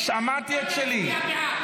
אמרתי את שלי.